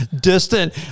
distant